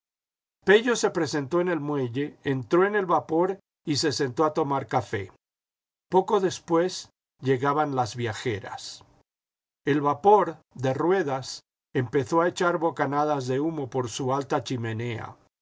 se presentó en el muelle entró en el vapor y se sentó a tomar café poco después llegaban las viajeras el vapor de ruedas empezó a echar bocanadas de humo por su alta chimenea